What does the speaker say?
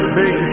big